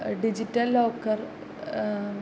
digital locker